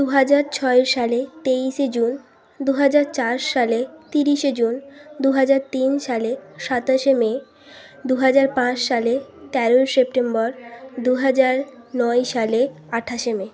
দু হাজার ছয় সালে তেইশে জুন দু হাজার চার সালে তিরিশে জুন দু হাজার তিন সালে সাতাশে মে দু হাজার পাঁচ সালে তেরোই সেপ্টেম্বর দু হাজার নয় সালে আঠাশে মে